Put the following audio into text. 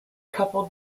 couple